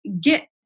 get